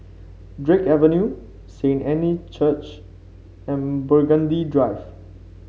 Drake Avenue Saint Anne Church and Burgundy Drive